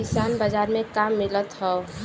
किसान बाजार मे का मिलत हव?